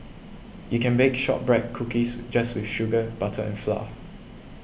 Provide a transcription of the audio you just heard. you can bake Shortbread Cookies with just with sugar butter and flour